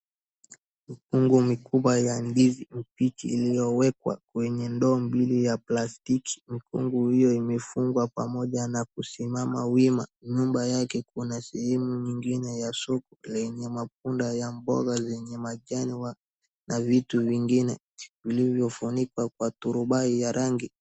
Mikungu mikubwa ya ndizi mbichi iliyowekwa kwenye ndoo mbili ya plastiki. Mikungu hiyo imefungwa na pamoja kusimama wima nyuma yake kuna sehemu nyingine ya soko lenye matunda ya mboga zenye majani na vitu vingine vilivyofunikwa kwa thorubai ya rangi.